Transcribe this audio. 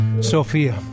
Sophia